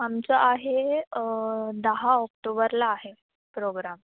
आमचं आहे दहा ऑक्टोबरला आहे प्रोग्राम